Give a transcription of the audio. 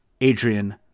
Adrian